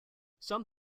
some